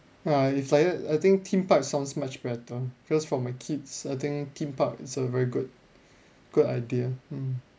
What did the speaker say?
ah if like that I think theme parks sounds much better because for my kids I think theme park its a very good good idea mm